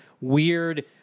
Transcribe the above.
weird